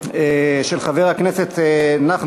לפרוטוקול, וגם חברת הכנסת אורלי לוי.